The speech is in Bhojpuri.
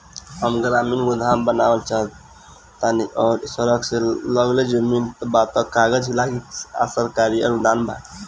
हम ग्रामीण गोदाम बनावल चाहतानी और सड़क से लगले जमीन बा त का कागज लागी आ सरकारी अनुदान बा का?